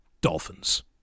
dolphins